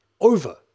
over